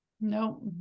No